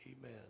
Amen